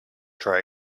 try